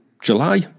July